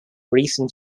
recent